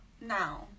now